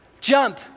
jump